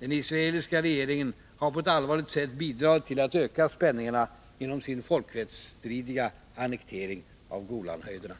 Den israeliska regeringen har på ett allvarligt sätt bidragit till att öka spänningen genom sin folkrättsstridiga annektering av Golanhöjderna.